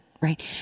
right